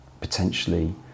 potentially